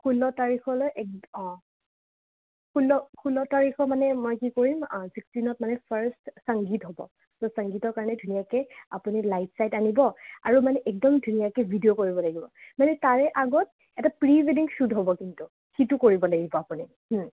ষোল্ল তাৰিখলৈ একদম অঁ ষোল্ল ষোল্ল তাৰিখ মানে মই কি কৰিম চিক্সটিনত মানে ফাৰ্ষ্ট সংগীত হ'ব ত' সংগীতৰ কাৰণে ধুনীয়াকৈ আপুনি লাইট চাইট আনিব আৰু মানে একদম ধুনীয়াকৈ ভিডিঅ' কৰিব লাগিব মানে তাৰে আগত এটা প্ৰি ৱেডিং শ্বুট হ'ব কিন্তু সেইটো কৰিব লাগিব আপুনি